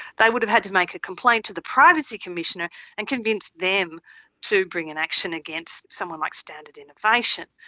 they would have had to make a complaint to the privacy commissioner and convince them to bring an action against someone like standard innovation.